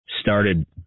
started